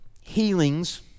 healings